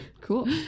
Cool